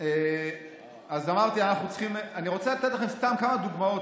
אני רוצה לתת לכם כמה דוגמאות,